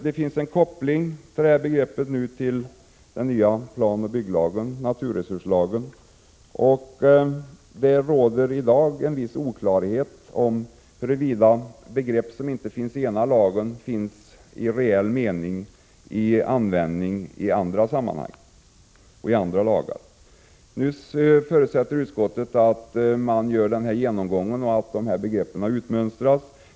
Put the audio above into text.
Det finns en koppling mellan det här begreppet och den nya planoch bygglagen och naturresurslagen, och det råder i dag en viss oklarhet om huruvida begrepp som inte finns i den ena lagen i reell mening finns i andra sammanhang och andra lagar. Nu förutsätter utskottet att man gör en genomgång och att detta begrepp utmönstras.